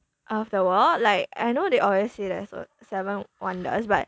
of the world like I know they always say that there's sev~ seven wonders but